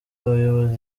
abayobozi